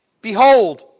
Behold